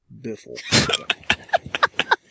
Biffle